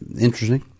interesting